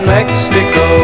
Mexico